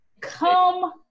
come